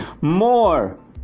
More